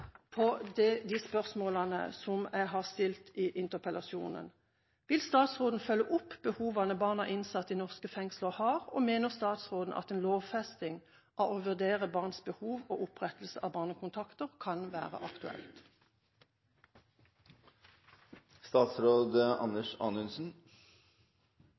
på de spørsmålene jeg har stilt i interpellasjonen: Vil statsråden følge opp behovene barn av innsatte i norske fengsler har? Mener statsråden at en lovfesting av å vurdere barns behov og opprettelse av barnekontakter kan være